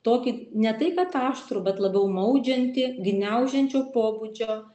tokį ne tai kad aštrų bet labiau maudžiantį gniaužiančio pobūdžio